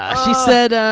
ah she said